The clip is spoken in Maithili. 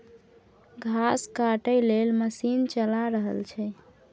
घास काटय लेल मशीन चला रहल छै